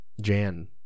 Jan